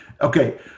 Okay